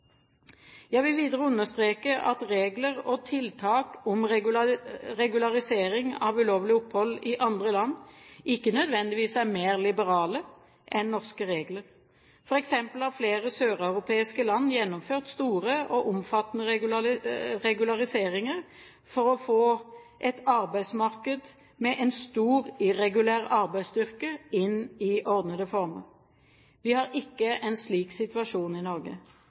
Jeg vil videre understreke at regler og tiltak om regularisering av ulovlig opphold i andre land ikke nødvendigvis er mer liberale enn norske regler. For eksempel har flere søreuropeiske land gjennomført store og omfattende regulariseringer for å få et arbeidsmarked med en stor irregulær arbeidsstyrke inn i ordnede former. Vi har ikke en slik situasjon i Norge.